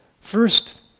First